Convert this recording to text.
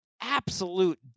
absolute